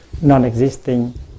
non-existing